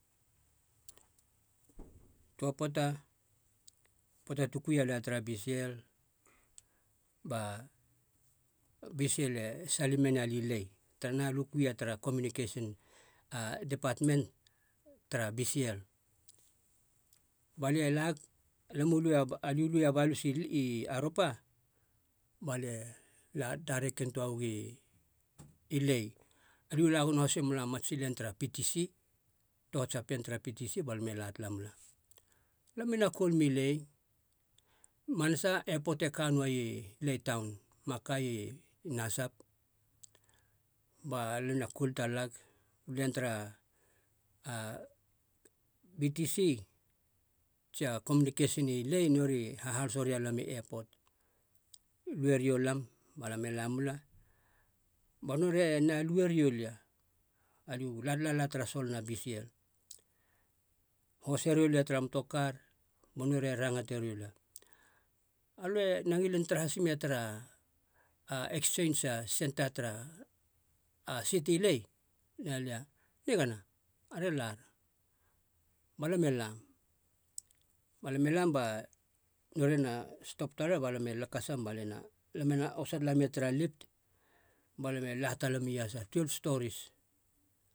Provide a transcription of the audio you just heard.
toa poata, poata tu kuia lia tara bcl ba bcl e salim mena li lae tanaha alia u kui ia tara komunikesin, depatmen tara bcl. Balie lag alam u aliu luea balusi i aropa balie la dairekim toa ugi i lae. Aliu la gono hase mela matsi len tara ptc, tohats a pien tara ptc balam e la tala mula. Alam i na koul mi lae. Manasa epot e kann noai lae taun ma kai nazab. Balia na koul talag, len tara a ptc tsia komunikesin i lae nori hahalaso rialam i epot, lue riolam balam e lamula ba norie na lue riolia, aliu la talala tara solona bcl. Hose riolia tara motokar ba nori e rangate riolia, alöe na ngilin tara has mia tara ekseins senta tara a siti lae? Nalia, nigana are lara, balam e lam, balam e lam ba noriena stop talar balam lakasam balena lamena osa talamia tara lip. Balam e la talam iasa, twelve stories.